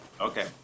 Okay